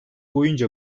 boyunca